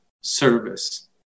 Service